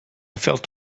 felt